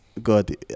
God